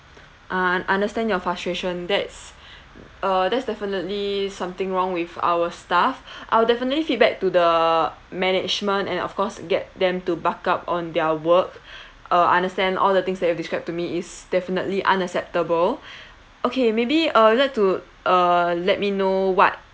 ah understand your frustration that's uh that's definitely something wrong with our staff I'll definitely feedback to the management and of course get them to buck up on their work uh understand all the things that you've describe to me is definitely unacceptable okay maybe uh I would like to err let me know what